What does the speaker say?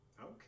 Okay